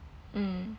mm